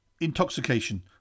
Intoxication